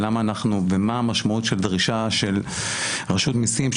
ולמה אנחנו ומה המשמעות של דרישה של רשות המיסים,